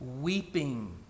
weeping